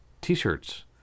T-shirts